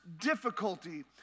difficulty